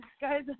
guys